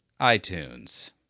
iTunes